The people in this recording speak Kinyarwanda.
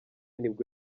nibwo